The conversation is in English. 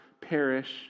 perish